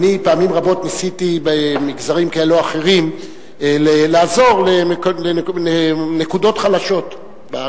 פעמים רבות ניסיתי במגזרים כאלה או אחרים לעזור בנקודות חלשות בארץ.